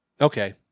Okay